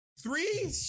three